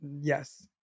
Yes